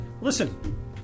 listen